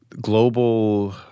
global